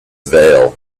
veil